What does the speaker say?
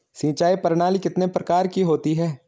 सिंचाई प्रणाली कितने प्रकार की होती है?